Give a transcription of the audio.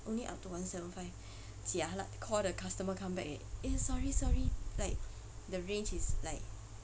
only up to one seven five jialat call the customer come back eh eh sorry sorry like the range is like